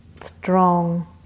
strong